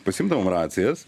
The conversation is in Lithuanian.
pasiimdavom racijas